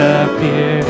appear